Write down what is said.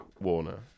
Warner